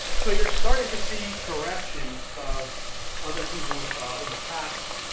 so you're starting to see corrections of other people and past,